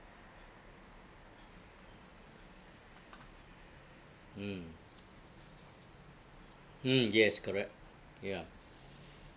mm hmm yes correct ya